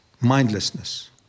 mindlessness